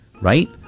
right